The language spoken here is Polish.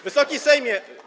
Wysoki Sejmie!